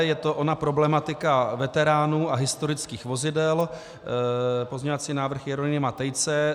Je to ona problematika veteránů a historických vozidel, pozměňovací návrh Jeronýma Tejce.